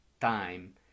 time